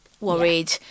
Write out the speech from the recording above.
worried